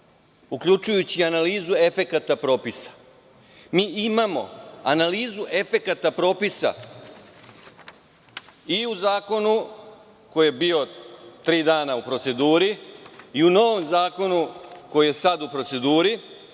uključujući i analizu efekata propisa. Mi imamo analizu efekata propisa i u zakonu koji je bio tri dana u proceduru i u novom zakonu koji je sada u proceduri